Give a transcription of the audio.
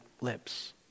lips